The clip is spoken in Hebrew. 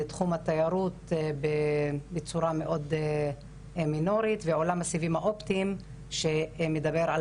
תחום התיירות בצורה מאוד מינורית ועולם הסיבים האופטיים שמדבר על